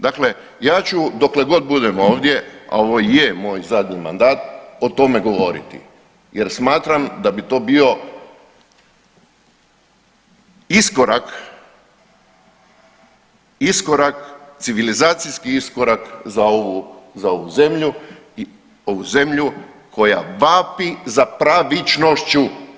Dakle, ja ću dokle god budem ovdje, a ovo i je moj zadnji mandat, o tome govoriti jer smatram da bi to bio iskorak, iskorak, civilizacijski iskorak za ovu, za ovu zemlju i ovu zemlju koja vapi za pravičnošću.